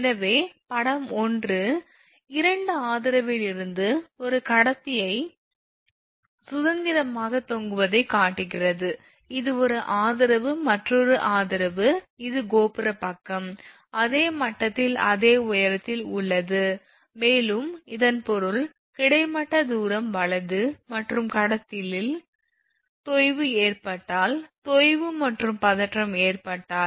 எனவே படம் ஒன்று 2 ஆதரவிலிருந்து ஒரு கடத்தி ஐ சுதந்திரமாக தொங்குவதை காட்டுகிறது இது ஒரு ஆதரவு மற்றொரு ஆதரவு ஒரு கோபுரப் பக்கம் அதே மட்டத்தில் அதே உயரத்தில் உள்ளது மேலும் இதன் பொருள் கிடைமட்ட தூரம் வலது மற்றும் கடத்தலில் தொய்வு ஏற்பட்டால் தொய்வு மற்றும் பதற்றம் ஏற்பட்டால்